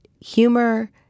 humor